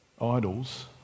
idols